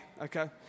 okay